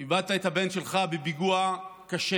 איבדת את הבן שלך בפיגוע קשה.